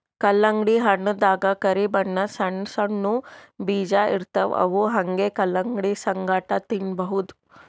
ಕಲ್ಲಂಗಡಿ ಹಣ್ಣ್ ದಾಗಾ ಕರಿ ಬಣ್ಣದ್ ಸಣ್ಣ್ ಸಣ್ಣು ಬೀಜ ಇರ್ತವ್ ಅವ್ ಹಂಗೆ ಕಲಂಗಡಿ ಸಂಗಟ ತಿನ್ನಬಹುದ್